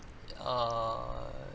err